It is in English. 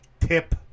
Tip